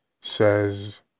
says